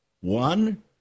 One